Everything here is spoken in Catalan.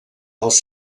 dels